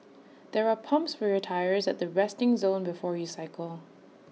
there are pumps for your tyres at the resting zone before you cycle